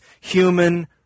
human